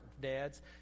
dads